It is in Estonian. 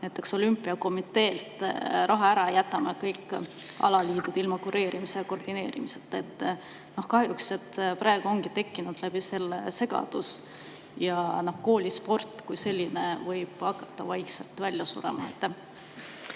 näiteks olümpiakomiteelt raha ära ja jätta kõik alaliidud ilma kureerimise ja koordineerimiseta. Kahjuks on praegu tekkinud selle tõttu segadus ja koolisport kui selline võib hakata vaikselt välja surema.